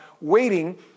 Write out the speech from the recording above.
waiting